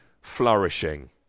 flourishing